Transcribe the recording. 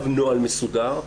נוהל מסודר,